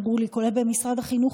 כולל במשרד החינוך,